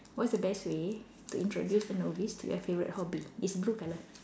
what's the best way to introduce a novice to your favorite hobby it's blue colour